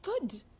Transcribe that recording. good